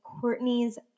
Courtney's